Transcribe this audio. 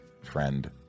friend